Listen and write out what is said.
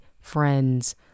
friends